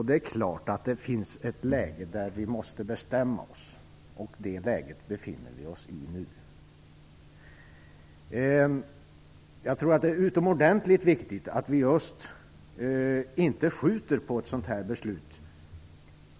Det är klart att vi i ett visst läge måste bestämma oss, och det läget befinner vi oss i nu. Jag tror att det är utomordentligt viktigt att vi inte skjuter på ett sådant här beslut.